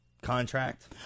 Contract